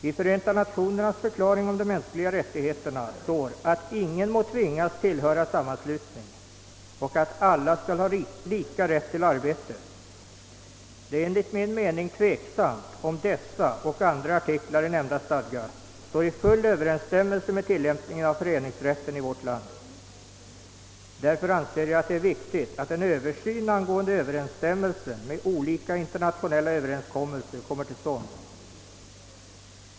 I Förenta Nationernas förklaring om de mänskliga rättigheterna står att ingen må tvingas att tillhöra sammanslutning och att alla skall ha lika rätt till arbete. Det är enligt min mening tveksamt om dessa och andra artiklar i nämnda stadga står i full överensstämmelse med tillämpningen av föreningsrätten i vårt land. Därför anser jag det viktigt att en översyn angående överensstämmelsen med olika internationella överenskommelser kommer till stånd.